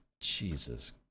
Jesus